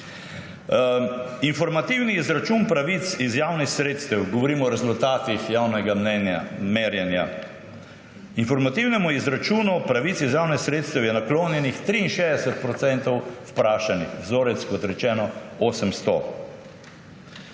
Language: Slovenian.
Informativni izračun pravic iz javnih sredstev, govorim o rezultatih merjenja javnega mnenja. Informativnemu izračunu pravic iz javnih sredstev je naklonjenih 63 % vprašanih, vzorec, kot rečeno, 800.